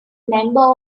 member